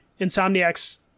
insomniac's